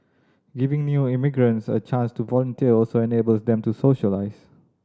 giving new immigrants a chance to volunteer also enables them to socialise